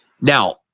Now